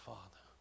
Father